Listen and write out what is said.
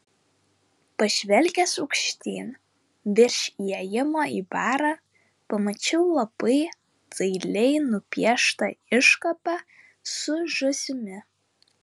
pažvelgęs aukštyn virš įėjimo į barą pamačiau labai dailiai nupieštą iškabą su žąsimi